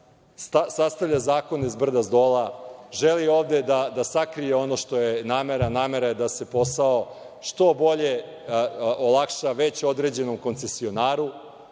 sastavlja zakone s brda - s dola, želi ovde da sakrije ono što je namera, a namera je da se posao što bolje olakša već određenom koncesionaru.